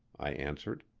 i answered.